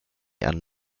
and